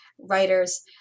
writers